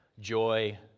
joy